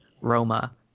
Roma